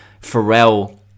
Pharrell